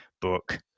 book